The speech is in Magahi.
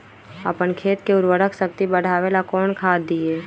अपन खेत के उर्वरक शक्ति बढावेला कौन खाद दीये?